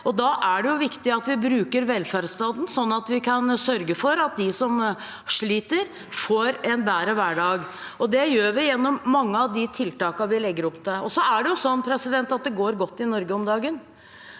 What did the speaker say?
Da er det viktig at vi bruker velferdsstaten sånn at vi kan sørge for at de som sliter, får en bedre hverdag, og det gjør vi gjennom mange av de tiltakene vi legger opp til. Så er det sånn at det går godt i Norge om dagen.